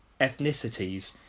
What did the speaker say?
ethnicities